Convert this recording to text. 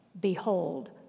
Behold